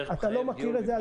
אתה לא מכיר את זה,